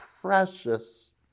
precious